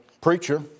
preacher